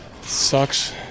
Sucks